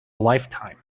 lifetime